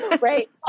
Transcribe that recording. right